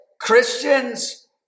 Christians